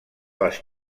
les